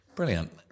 Brilliant